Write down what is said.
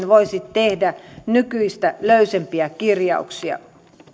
voisi tehdä nykyistä löysempiä kirjauksia